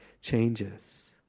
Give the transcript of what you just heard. changes